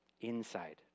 inside